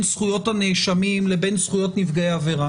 זכויות הנאשמים לבין זכויות נפגעי עבירה.